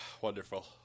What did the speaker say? Wonderful